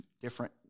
different